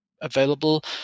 available